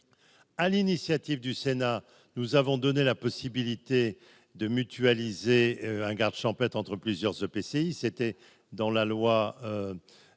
à l'initiative du Sénat, nous avons donné la possibilité de mutualiser un garde champêtre entre plusieurs EPCI, c'était dans la loi